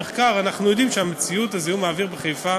לאשש אותו או לא לאשש